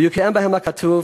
ויקוים בהם הכתוב